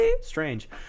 Strange